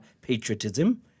patriotism